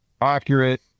accurate